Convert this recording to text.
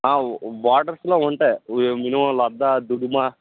ఆ బార్డర్స్లో ఉంటాయి మినిమం లద్ధా దుడుమా